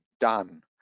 done